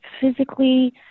physically